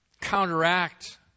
counteract